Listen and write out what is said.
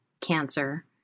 cancer